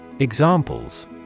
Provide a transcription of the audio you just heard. Examples